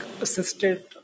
assisted